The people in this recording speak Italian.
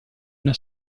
una